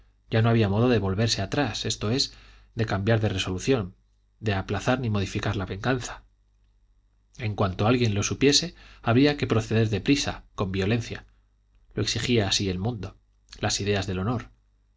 ya no había modo de volverse atrás esto es de cambiar de resolución de aplazar ni modificar la venganza en cuanto alguien lo supiera había que proceder de prisa con violencia lo exigía así el mundo las ideas del honor